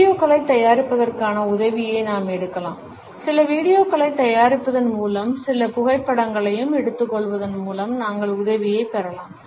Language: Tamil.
வீடியோக்களைத் தயாரிப்பதற்கான உதவியை நாம் எடுக்கலாம் சில வீடியோக்களைத் தயாரிப்பதன் மூலமும் சில புகைப்படங்களையும் எடுத்துக்கொள்வதன் மூலம் நாங்கள் உதவியைப் பெறலாம்